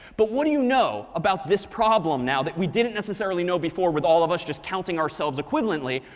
but what do you know about this problem now, that we didn't necessarily know before with all of us just counting ourselves equivalently?